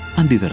and